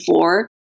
four